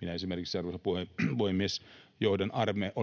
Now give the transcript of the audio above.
Minä esimerkiksi, arvoisa puhemies,